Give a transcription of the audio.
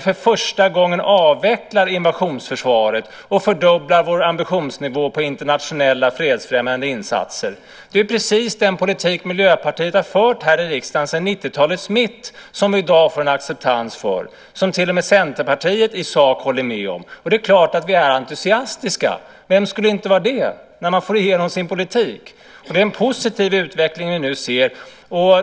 För första gången avvecklar vi invasionsförsvaret och fördubblar vår ambitionsnivå på internationella fredsfrämjande insatser. Det är precis den politik Miljöpartiet har fört här i riksdagen sedan 90-talets mitt som vi i dag får en acceptans för och som till och med Centerpartiet i sak håller med om. Det är klart att vi är entusiastiska. Vem skulle inte vara det när man får igenom sin politik? Det är en positiv utveckling vi nu ser.